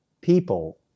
people